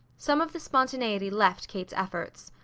some of the spontaneity left kate's efforts.